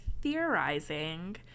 theorizing